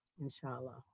inshallah